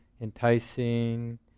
enticing